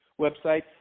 websites